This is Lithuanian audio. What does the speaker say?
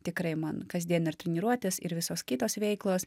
tikrai man kasdien ir treniruotės ir visos kitos veiklos